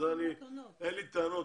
אין לי טענות.